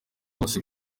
hose